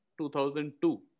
2002